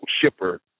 shipper